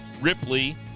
Ripley